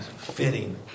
fitting